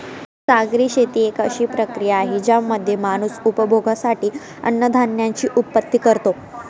सागरी शेती एक अशी प्रक्रिया आहे ज्यामध्ये माणूस उपभोगासाठी अन्नधान्याची उत्पत्ति करतो